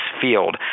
field